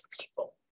people